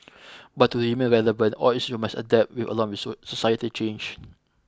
but to remain relevant all institutions must adapt with along with society change